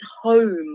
home